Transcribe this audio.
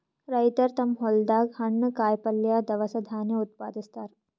ರೈತರ್ ತಮ್ಮ್ ಹೊಲ್ದಾಗ ಹಣ್ಣ್, ಕಾಯಿಪಲ್ಯ, ದವಸ ಧಾನ್ಯ ಉತ್ಪಾದಸ್ತಾರ್